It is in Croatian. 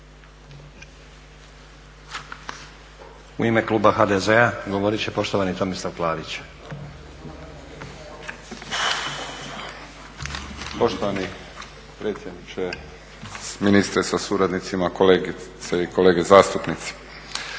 U ime kluba HDZ-a govorit će poštovani Tomislav Klarić. **Klarić, Tomislav (HDZ)** Poštovani predsjedniče, ministre sa suradnicima, kolegice i kolege zastupnici.